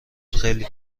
خیلی